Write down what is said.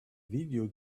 video